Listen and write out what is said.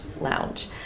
lounge